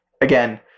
Again